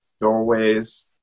doorways